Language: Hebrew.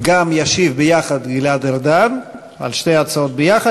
ישיב ביחד גלעד ארדן, על שתי ההצעות ביחד.